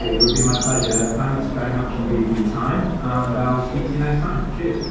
it would be my pleasure. thanks very much indeed for your time, and i'll speak to you next time. cheers!